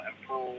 improve